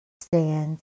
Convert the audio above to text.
stand